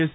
S